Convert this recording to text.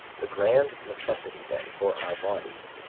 the grand necessity, then, for our bodies,